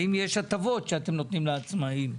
האם יש הטבות שאתם נותנים לעצמאים?